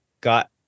got